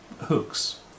hooks